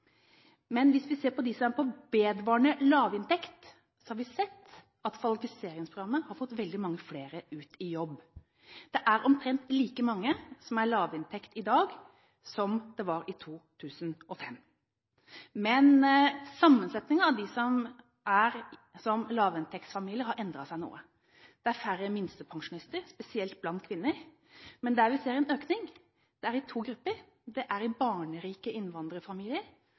Men hvis vi ser på dem som er på vedvarende lavinntekt, har vi sett at kvalifiseringsprogrammet har fått veldig mange flere ut i jobb. Det er omtrent like mange med lavinntekt i dag som det var i 2005, men sammensetningen av lavinntektsfamiliene har endret seg noe. Det er færre minstepensjonister, spesielt blant kvinner. Men der vi ser en økning, det er i to grupper: Det er i barnerike innvandrerfamilier,